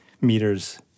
meters